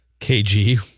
KG